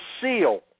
seal